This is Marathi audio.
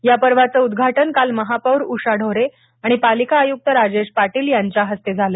या पर्वाचं उद्घाटन काल महापौर उषा ढोरे आणि पालिका आयुक्त राजेश पाटील यांच्या हस्ते झाले